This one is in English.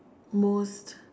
most